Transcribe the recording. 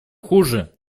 хуже